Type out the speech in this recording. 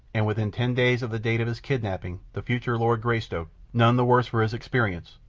and within ten days of the date of his kidnapping the future lord greystoke, none the worse for his experience,